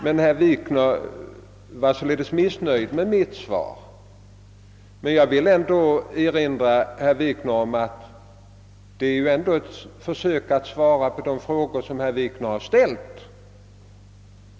Herr Wikner var emellertid missnöjd med mitt svar, och därför vill jag erinra herr Wikner om att svaret utgör ett försök att svara på de frågor som herr Wikner ställt.